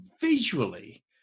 visually